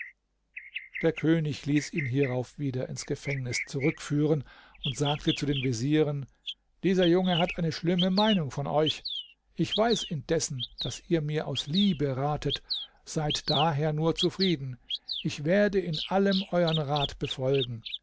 der könig ließ ihn hierauf wieder ins gefängnis zurückführen und sagte zu den vezieren dieser junge hat eine schlimme meinung von euch ich weiß indessen daß ihr mir aus liebe ratet seid daher nur zufrieden ich werde in allem euern rat befolgen